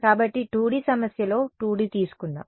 కాబట్టి 2 D సమస్యలో 2 D తీసుకుందాం